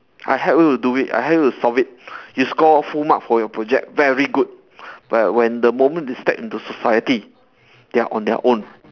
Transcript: I help you to do it I help you to solve it you score full marks for your project very good but when the moment they step into society they are on their own